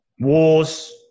Wars